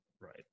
Right